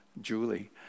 julie